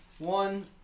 One